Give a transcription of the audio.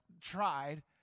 tried